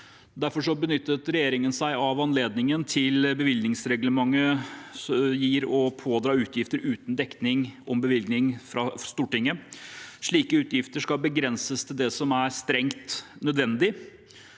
Derfor benyttet regjeringen seg av anledningen bevilgningsreglementet gir, til å pådra utgifter uten dekning i bevilgning fra Stortinget. Slike utgifter skal begrenses til det som er strengt nødvendig.